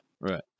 right